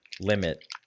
limit